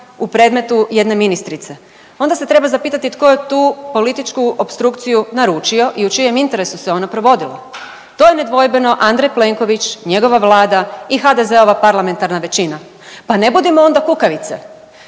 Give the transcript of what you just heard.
u predmetu jedne ministrice onda se treba zapitati tko je tu političku opstrukciju naručio i u čijem interesu se ona provodila. To je nedvojbeno Andrej Plenković, njegova vlada i HDZ-ova parlamentarna većina. Pa ne budimo onda kukavice.